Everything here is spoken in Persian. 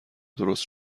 درست